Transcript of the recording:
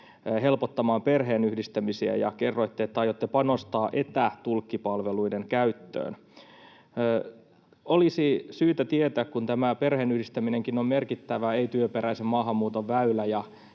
helpottamaan perheenyhdistämisiä ja kerroitte, että aiotte panostaa etätulkkipalveluiden käyttöön. [Eva Biaudet’n välihuuto] Kun tämä perheenyhdistäminenkin on merkittävä ei-työperäisen maahanmuuton väylä